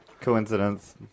Coincidence